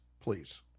please